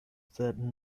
selten